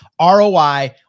ROI